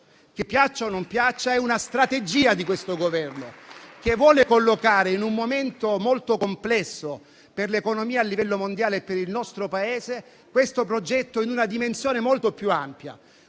che, piaccia o non piaccia, è una strategia di questo Governo, che vuole collocare, in un momento molto complesso per l'economia a livello mondiale e per il nostro Paese, questo progetto in una dimensione molto più ampia.